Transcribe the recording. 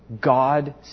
God